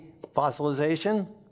fossilization